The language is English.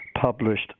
published